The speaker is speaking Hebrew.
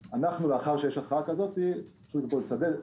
לאחר שיש הכרעה כזו יש לציין,